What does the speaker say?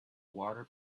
water